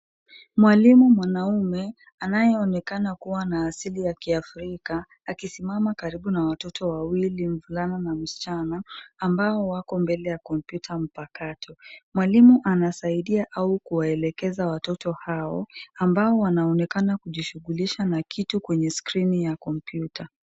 Mwalimu mwanaume anayeonekana kuwa na asili ya kiafrika akisimama karibu na watoto wawili, mvulana na msichana, ambao wako mbele ya kompyuta mpakato. Mwalimu anasaidia au kuwaelekeza watoto hao ambao wanaonekana kujishughulisha na kitu kwenye skrini ya kompyuta.